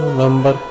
number